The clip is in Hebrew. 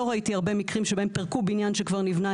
לא ראיתי הרבה מקרים שבהם פירקו בניין שכבר נבנה,